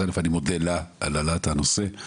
אז אני מודה לה על העלאת הנושא.